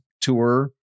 Tour